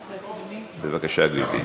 בבקשה, גברתי.